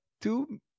two